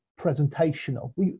presentational